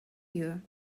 you